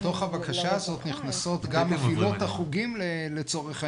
בתוך הבקשה הזאת נכנסות גם מפעילות החוגים לצורך העניין.